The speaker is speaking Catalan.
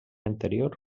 anterior